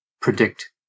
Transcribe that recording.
predict